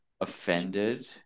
offended